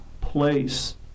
place